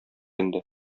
инде